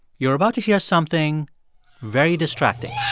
you're about to hear something very distracting